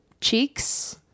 cheeks